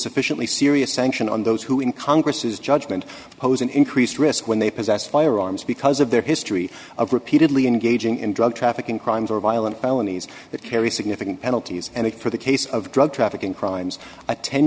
sufficiently serious sanction on those who in congress's judgment pose an increased risk when they possess firearms because of their history of repeatedly engaging in drug trafficking crimes or violent felonies that carry significant penalties and it for the case of drug trafficking crimes a ten